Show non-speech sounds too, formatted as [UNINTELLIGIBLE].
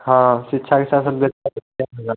हाँ शिक्षा के साथ [UNINTELLIGIBLE]